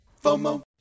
FOMO